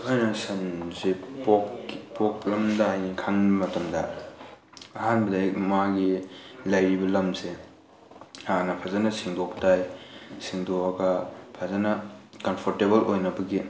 ꯑꯩꯈꯣꯏꯅ ꯁꯟꯁꯦ ꯄꯣꯛꯂꯝꯗꯥꯏꯅꯤ ꯈꯪꯕ ꯃꯇꯝꯗ ꯑꯍꯥꯟꯕꯗ ꯃꯥꯒꯤ ꯂꯩꯔꯤꯕ ꯂꯝꯁꯦ ꯍꯥꯟꯅ ꯐꯖꯅ ꯁꯦꯡꯗꯣꯛꯇꯥꯏ ꯁꯦꯡꯗꯣꯛꯑꯒ ꯐꯖꯅ ꯀꯝꯐꯣꯔꯇꯦꯕꯜ ꯑꯣꯏꯅꯕꯒꯤ